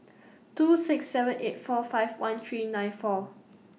two six seven eight four five one three nine four